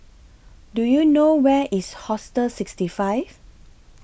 Do YOU know Where IS Hostel sixty five